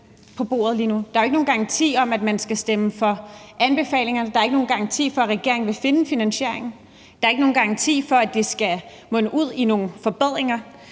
på bordet lige nu. Der er jo ikke nogen garanti for, at man skal stemme for anbefalingerne. Der er ikke nogen garanti for, at regeringen vil finde en finansiering. Der er ikke nogen garanti for, at det skal munde ud i nogle forbedringer.